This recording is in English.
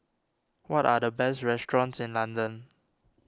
what are the best restaurants in London